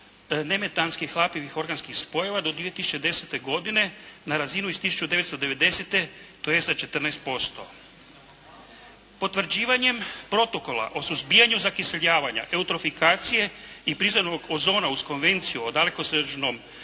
nemetanskih hlapivih organskih spojeva do 2010. godine na razinu iz 1990. tj. za 14%. Potvrđivanjem protokola o suzbijanju zakiseljavanja, eutrofikacije i prizemnog ozona uz Konvenciju o dalekosežnom